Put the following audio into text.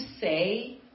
say